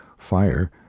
fire